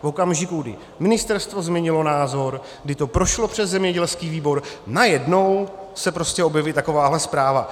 V okamžiku, kdy ministerstvo změnilo názor, kdy to prošlo přes zemědělský výbor, najednou se prostě objeví takováto zpráva.